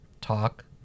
talk